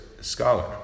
scholar